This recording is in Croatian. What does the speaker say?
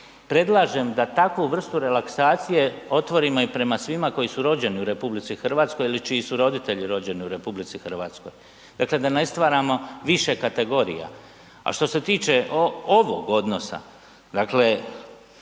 predlažem da takvu vrstu relaksacije otvorimo i prema svima koji su rođeni u RH ili čiji su roditelji rođeni u RH, dakle da ne stvaramo više kategorija. A što se tiče ovog odnose, dakle